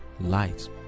light